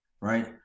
right